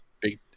big